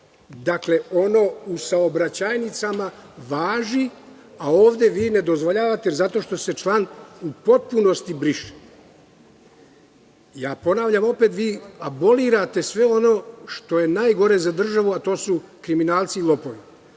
Dakle, ono u saobraćajnicama važi, a ovde vi ne dozvoljavate zato što se član u potpunosti briše. Ponavljam, vi abolirate sve ono što je najgore za državu, a to su kriminalci i lopovi.